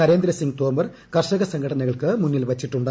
നരേന്ദ്ര സിംഗ് തോമർ കർഷക സംഘടനകൾക്ക് മുന്നിൽ വച്ചിട്ടുണ്ട്